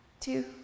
two